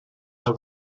are